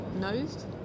nosed